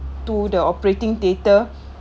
to the operating theatre